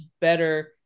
better